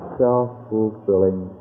self-fulfilling